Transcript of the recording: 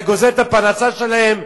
אתה גוזל את הפרנסה שלהם,